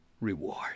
reward